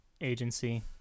agency